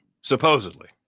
Supposedly